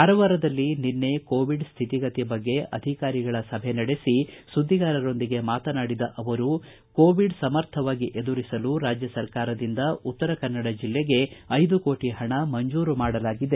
ಕಾರವಾರದಲ್ಲಿ ನಿನ್ನೆ ಕೊವಿಡ್ ಸ್ವಿತಿಗತಿ ಬಗ್ಗೆ ಅಧಿಕಾರಿಗಳ ಸಭೆ ನಡೆಸಿ ಸುದ್ದಿಗಾರರೊಂದಿಗೆ ಮಾತನಾಡಿದ ಅವರು ಕೋವಿಡ ಸ್ವಿತಿ ಗತಿಯನ್ನು ಸಮರ್ಥವಾಗಿ ಎದುರಿಸಲು ರಾಜ್ಯ ಸರ್ಕಾರದಿಂದ ಉತ್ತರಕನ್ನಡ ಜಿಲ್ಲೆಗೆ ಐದು ಕೋಟಿ ಪಣ ಮಂಜೂರು ಮಾಡಲಾಗಿದೆ